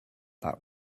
that